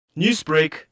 Newsbreak